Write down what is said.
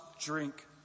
drink